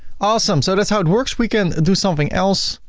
awesome. so that's how it works we can do something else.